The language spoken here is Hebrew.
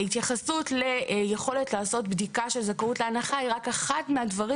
ההתייחסות ליכולת לעשות בדיקה של זכאות להנחה היא רק אחד מהדברים